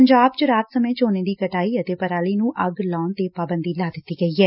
ਪੰਜਾਬ ਚ ਰਾਤ ਸਮੇ ਝੋਨੇ ਦੀ ਕਟਾਈ ਅਤੇ ਪਰਾਲੀ ਨੂੰ ਅੱਗ ਲਾਉਣ ਤੇ ਪਾਬੰਦੀ ਲਾ ਦਿੱਤੀ ਗਈ ਏ